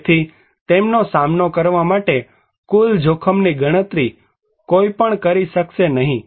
તેથી તેનો સામનો કરવા માટે કુલ જોખમની ગણતરી કોઈપણ કરી શકશે નહીં